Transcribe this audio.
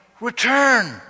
return